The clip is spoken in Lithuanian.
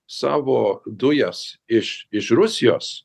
savo dujas iš iš rusijos